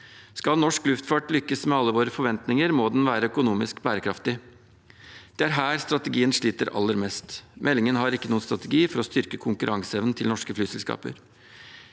Skal norsk luftfart lykkes med alle våre forventninger, må den være økonomisk bærekraftig. Det er her strategien sliter aller mest. Meldingen har ikke noen strategi for å styrke konkurranseevnen til norske flyselskaper.